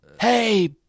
Hey